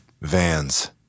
Vans